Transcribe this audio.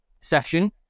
session